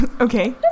Okay